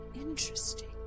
interesting